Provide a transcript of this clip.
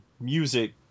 music